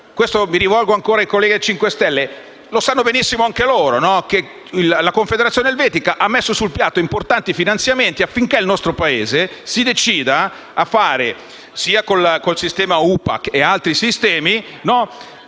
noi. Mi rivolgo ancora ai colleghi del Movimento 5 Stelle. Sanno benissimo anche loro che la Confederazione Elvetica ha messo sul piatto importanti finanziamenti affinché il nostro Paese si decida a fare, con Hupac o con altri sistemi, un